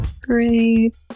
Great